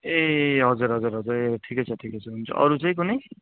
ए हजुर हजुर हजुर ए ठिकै छ ठिकै छ अरू चाहिँ कुनै